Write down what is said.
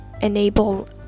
enable